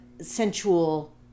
sensual